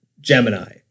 Gemini